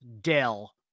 Dell